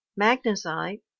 magnesite